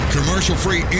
Commercial-free